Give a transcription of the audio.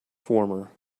former